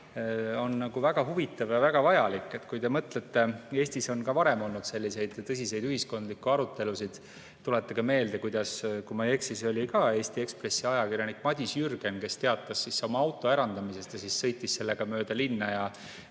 on väga huvitav ja väga vajalik. Mõelge sellele, et Eestis on ka varem olnud selliseid tõsiseid ühiskondlikke arutelusid. Tuletage meelde: kui ma ei eksi, see oli ka Eesti Ekspressi ajakirjanik, Madis Jürgen, kes teatas oma auto ärandamisest ja siis sõitis sellega mööda linna